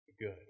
good